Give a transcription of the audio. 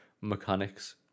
mechanics